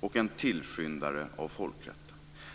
och en tillskyndare av folkrätten.